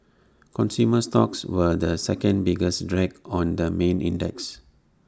consumer stocks were the second biggest drag on the main index